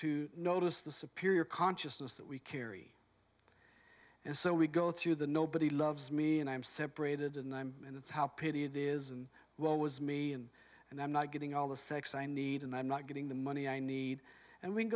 to notice the superior consciousness that we carry and so we go through the nobody loves me and i'm separated and i'm and that's how pity it isn't well was me in and i'm not getting all the sex i need and i'm not getting the money i need and we